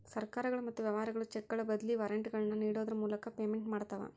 ಸರ್ಕಾರಗಳು ಮತ್ತ ವ್ಯವಹಾರಗಳು ಚೆಕ್ಗಳ ಬದ್ಲಿ ವಾರೆಂಟ್ಗಳನ್ನ ನೇಡೋದ್ರ ಮೂಲಕ ಪೇಮೆಂಟ್ ಮಾಡ್ತವಾ